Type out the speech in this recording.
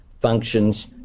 functions